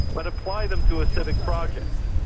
but apply them to a civic project.